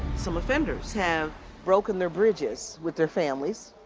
some offenders have broken their bridges with their families,